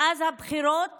מאז הבחירות